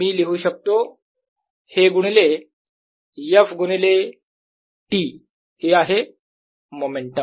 मी लिहू शकतो हे गुणिले F गुणिले t आहे मोमेंटम